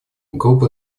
группа